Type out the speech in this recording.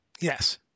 Yes